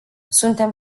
suntem